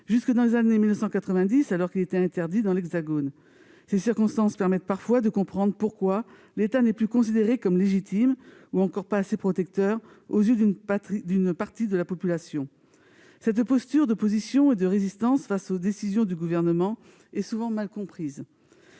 jusque dans les années 1990, alors qu'il était interdit dans l'Hexagone. Ces circonstances permettent parfois de comprendre pourquoi l'État n'est plus considéré comme légitime, ou encore pas assez protecteur, aux yeux d'une partie de la population. Cette posture de résistance face aux décisions du Gouvernement est souvent mal comprise.